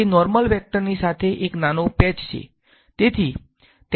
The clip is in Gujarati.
તે નોર્મલ વેક્ટરની સાથે એક નાનો પૅચ છે